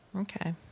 okay